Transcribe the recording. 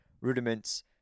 rudiments